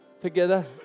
together